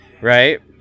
right